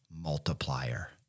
multiplier